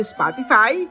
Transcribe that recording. Spotify